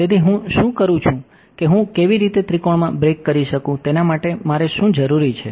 તેથી હું શું કરું છું કે હું કેવી રીતે ત્રિકોણમાં બ્રેક કરી શકું તેના મારે શું જરૂરી છે